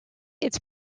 its